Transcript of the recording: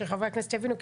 שחברי הכנסת יבינו,